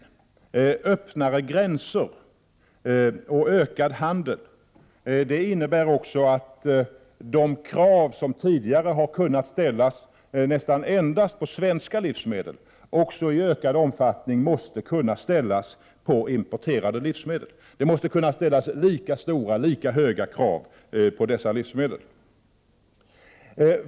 Men öppnare gränser och ökad handel innebär också att de krav som tidigare har kunnat ställas nästan endast på svenska livsmedel också i ökad omfattning måste kunna ställas på importerade livsmedel. Man måste kunna ställa lika höga krav på dessa livsmedel.